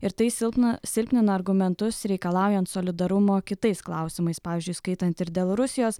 ir tai silpna silpnina argumentus reikalaujant solidarumo kitais klausimais pavyzdžiui skaitant ir dėl rusijos